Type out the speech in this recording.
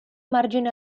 margine